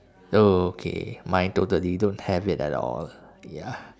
oh okay mine totally don't have it at all ya